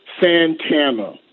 Santana